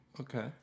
Okay